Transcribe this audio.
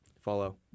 follow